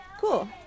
cool